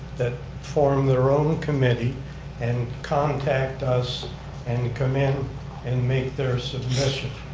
that form their own committee and contact us and come in and make their submission.